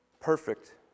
Perfect